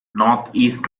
northeast